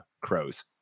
crows